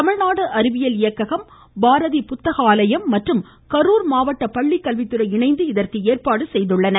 தமிழ்நாடு அறிவியல் இயக்கம் பாரதி புத்தகாலயம் மற்றும் கரூர் மாவட்ட பள்ளிக்கல்வித்துறை இணைந்து இதற்கு ஏற்பாடு செய்துள்ளது